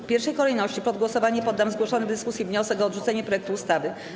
W pierwszej kolejności pod głosowanie poddam zgłoszony w dyskusji wniosek o odrzucenie projektu ustawy.